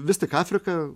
vis tik afrika